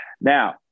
Now